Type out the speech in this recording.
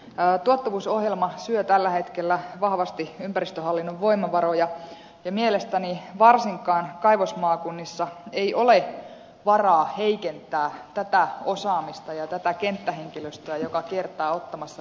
tuottavuusohjelma syö tällä hetkellä vahvasti ympäristöhallinnon voimavaroja ja mielestäni varsinkaan kaivosmaakunnissa ei ole varaa heikentää tätä osaamista ja tätä kenttähenkilöstöä joka kiertää ottamassa